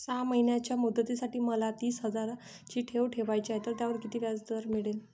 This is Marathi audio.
सहा महिन्यांच्या मुदतीसाठी मला तीस हजाराची ठेव ठेवायची आहे, तर त्यावर किती व्याजदर मिळेल?